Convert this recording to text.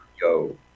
Go